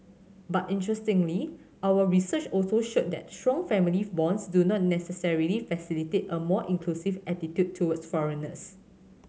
but interestingly our research also showed that strong family bonds do not necessarily facilitate a more inclusive attitude towards foreigners